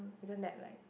isn't that like